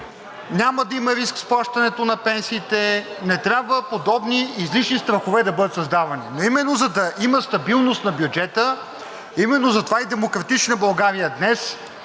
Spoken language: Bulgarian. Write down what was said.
няма да има риск с плащането на пенсиите и не трябва подобни излишни страхове да бъдат създавани, именно за да има стабилност на бюджета, именно за това и „Демократична България“ днес